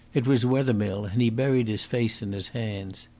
it was wethermill, and he buried his face in his hands.